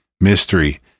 Mystery